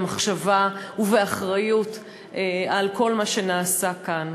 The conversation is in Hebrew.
במחשבה ובאחריות לכל מה שנעשה כאן.